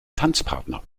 tanzpartner